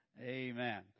Amen